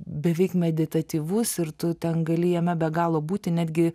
beveik meditatyvus ir tu ten gali jame be galo būti netgi